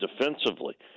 defensively